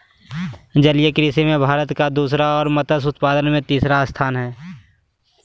जलीय कृषि में भारत के दूसरा और मत्स्य उत्पादन में तीसरा स्थान हइ